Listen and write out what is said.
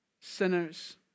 sinners